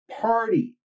party